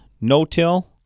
no-till